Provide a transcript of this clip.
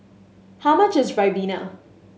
how much is ribena